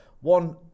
One